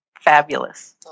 fabulous